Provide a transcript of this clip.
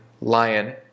lion